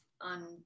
on